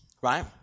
right